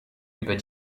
über